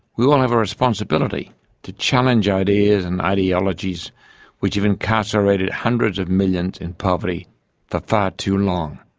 we all have a responsibility to challenge ideas and ideologies which have incarcerated hundreds of millions in poverty for far too long.